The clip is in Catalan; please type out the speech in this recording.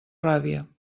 ràbia